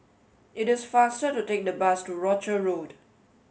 it is faster to take the bus to Rochor Road